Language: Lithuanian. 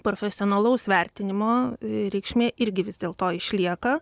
profesionalaus vertinimo reikšmė irgi vis dėlto išlieka